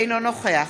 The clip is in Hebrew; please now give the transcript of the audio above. אינו נוכח